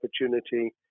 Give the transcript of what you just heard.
opportunity